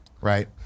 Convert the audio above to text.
Right